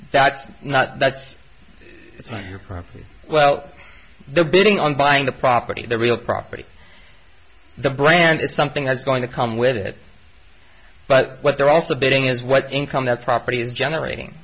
that's not that's your problem well the bidding on buying the property the real property the brand is something that's going to come with it but what they're also building is what income that property is generating